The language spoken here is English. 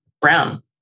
brown